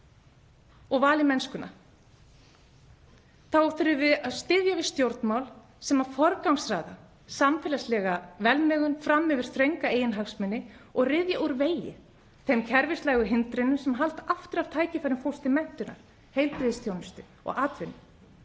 og valið mennskuna þá þurfum við að styðja við stjórnmál sem forgangsraða samfélagslegri velmegun fram yfir þrönga eiginhagsmuni og ryðja úr vegi þeim kerfislægu hindrunum sem halda aftur af tækifærum fólks til menntunar, heilbrigðisþjónustu og atvinnu.